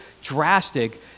drastic